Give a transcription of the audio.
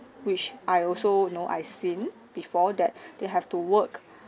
which I also you know I seen before that they have to work